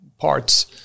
parts